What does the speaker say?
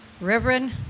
Reverend